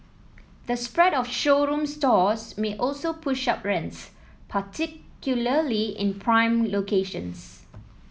the spread of showroom stores may also push up rents particularly in prime locations